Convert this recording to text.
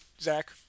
Zach